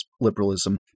liberalism